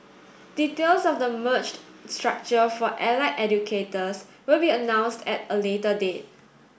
details of the merged structure for allied educators will be announced at a later date